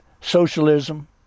socialism